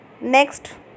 Next